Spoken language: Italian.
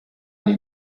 alle